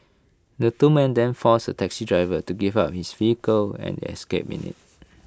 the two men then forced A taxi driver to give up his vehicle and escaped in IT